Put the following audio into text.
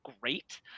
great